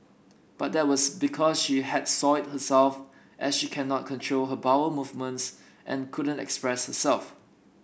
but that was because she had soiled herself as she cannot control her bowel movements and couldn't express herself